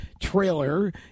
trailer